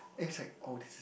and it's like